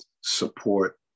support